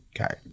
Okay